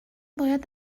باید